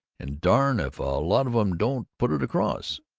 and darn if a lot of em don't put it across!